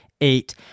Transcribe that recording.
eight